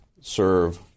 serve